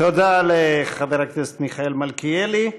תודה לחבר הכנסת מיכאל מלכיאלי.